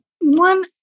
one